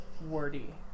wordy